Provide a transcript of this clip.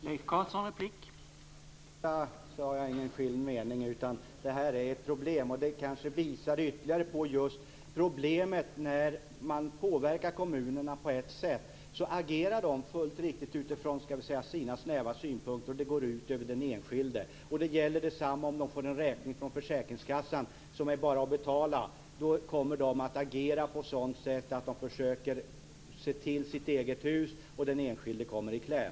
Herr talman! Jag har ingen skild mening om det sista. Detta är ett problem. Det visar kanske ytterligare på just problemet att när man påverkar kommunerna på ett sätt, agerar de fullt riktigt utifrån sina snäva synpunkter, och det går ut över den enskilde. Detsamma gäller om de får en räkning från försäkringskassan som bara är att betala. Då kommer de att agera och försöka se till sitt eget hus, och då kommer den enskilde i kläm.